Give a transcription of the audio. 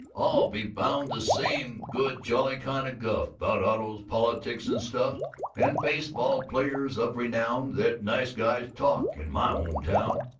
i'll be bound, the same good jolly kind of guff, about autos, politics and stuff and baseball players of renown that nice guys talk in my home town!